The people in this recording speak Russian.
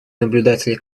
наблюдатели